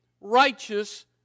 righteous